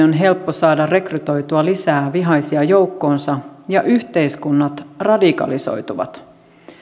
on helppo saada rekrytoitua lisää vihaisia joukkoonsa ja yhteiskunnat radikalisoituvat